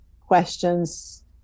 questions